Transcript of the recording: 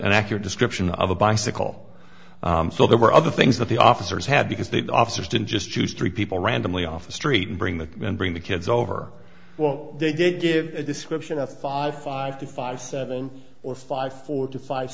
an accurate description of a bicycle so there were other things that the officers had because they the officers didn't just choose three people randomly off the street and bring the bring the kids over well they did give a description of five five to five seven or five four to five